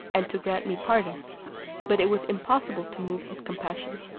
and to grant me pardon but it was impossible to move his compassion.